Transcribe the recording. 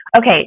okay